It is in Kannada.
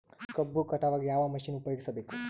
ಕಬ್ಬು ಕಟಾವಗ ಯಾವ ಮಷಿನ್ ಉಪಯೋಗಿಸಬೇಕು?